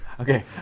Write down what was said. Okay